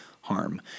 harm